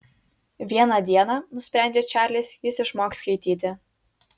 vieną dieną nusprendžia čarlis jis išmoks skaityti